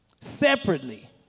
separately